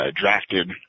drafted